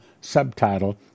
subtitle